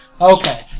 okay